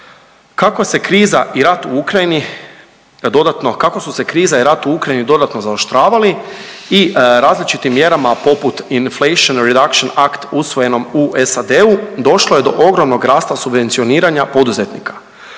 Kako su se kriza i rat u Ukrajini dodatno zaoštravali i različitim mjerama poput Inflation Reduction Act usvojenom u SAD-u došlo je do ogromnog rasta subvencioniranja poduzetnika